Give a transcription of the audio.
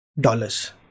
dollars